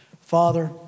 Father